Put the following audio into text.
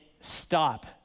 stop